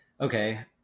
okay